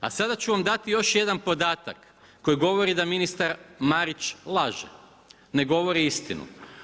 A sad ću vam dati još jedan podatak, koji govori da ministar Marić laže, ne govori istinu.